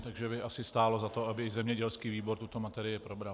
Takže by asi stálo za to, aby i zemědělský výbor tuto materii probral.